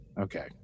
Okay